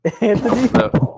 Anthony